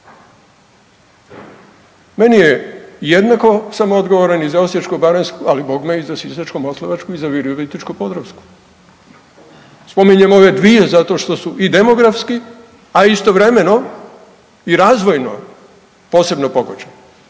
Meni je jednako samoodgovoran i za Osječko-baranjsku, ali bogme i za Sisačko-moslavačku i za Virovitičko-podravsku. Spominjem ove dvije zato što su i demografski, a istovremeno i razvojno posebno pogođene.